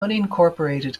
unincorporated